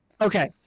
okay